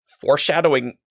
foreshadowing